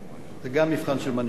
זה גם מבחן של מנהיגות.